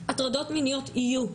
הטרדות מיניות יהיו,